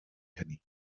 hynny